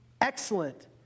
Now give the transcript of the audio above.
excellent